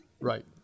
Right